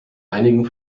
einigen